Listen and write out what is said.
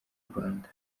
rwanda